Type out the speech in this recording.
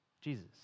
Jesus